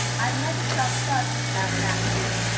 i have never felt certain about that, willy,